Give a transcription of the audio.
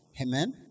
Amen